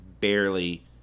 barely